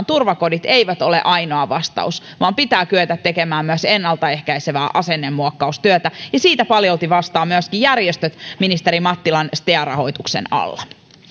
turvakodit eivät ole ainoa vastaus vaan pitää kyetä tekemään myös ennalta ehkäisevää asennemuokkaustyötä ja siitä paljolti vastaavat myöskin järjestöt ministeri mattilan stea rahoituksen alla